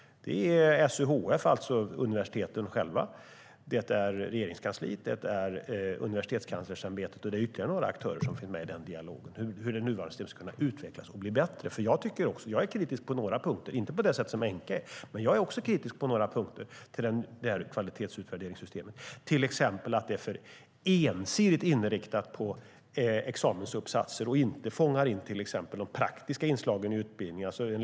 SUHF, det vill säga universiteten själva, Regeringskansliet, Universitetskanslersämbetet och ytterligare några aktörer finns med i dialogen om hur det nuvarande systemet ska kunna utvecklas och bli bättre. Jag är också kritisk till kvalitetsutvärderingssystemet på några punkter, dock inte på samma sätt som Enqa. Till exempel tycker jag att det är för ensidigt inriktat på examensuppsatser och inte fångar in praktisk utbildning.